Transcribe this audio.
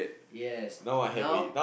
yes now